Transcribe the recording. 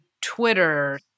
Twitter